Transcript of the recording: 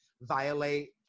violate